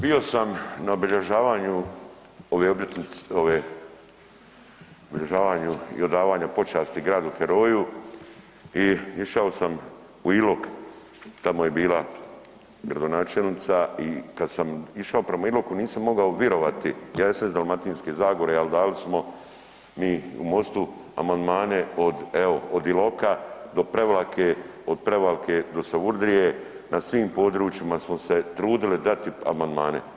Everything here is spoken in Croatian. Bio sam na obilježavanju ove obljetnice, ove obilježavanju i odavanju počasti gradu heroju i išao sam u Ilok, tamo je bila gradonačelnica i kad sam išao prema Iloku nisam mogao virovati, ja jesam iz Dalmatinske zagore, al dali smo mi u MOST-u amandmane od, evo od Iloka do Prevlake, od Prevlake do Savudrije, na svim područjima smo se trudili dati amandmane.